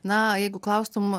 na jeigu klaustum